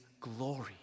glory